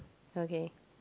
okay